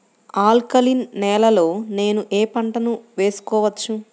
Alkaline నేలలో నేనూ ఏ పంటను వేసుకోవచ్చు?